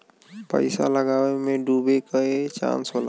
पइसा लगावे मे डूबे के चांस होला